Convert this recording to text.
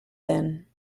then